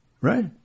Right